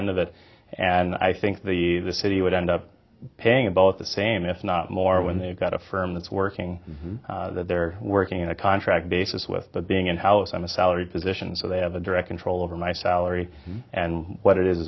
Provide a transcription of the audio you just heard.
end of it and i think the city would end up paying about the same if not more when they've got a firm that's working that they're working on a contract basis with but being in house i'm a salaried position so they have a direct control over my salary and what it is